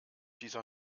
dieser